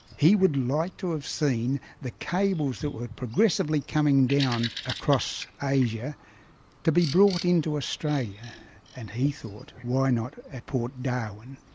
he would like to have seen the cables that were progressively coming down across asia to be brought into australia and he thought, why not at port darwin,